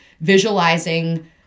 visualizing